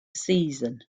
season